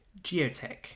Geotech